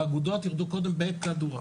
האגודות ירדו קודם בכדורעף.